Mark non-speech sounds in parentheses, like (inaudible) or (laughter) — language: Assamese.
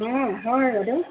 (unintelligible)